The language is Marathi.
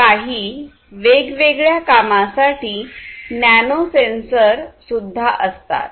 काही वेग वेगळ्या कामासाठी नैनो सेन्सर सुद्धा असतात